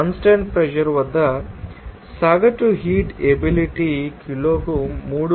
constant pressure వద్ద సగటు heat ability కిలోకు 3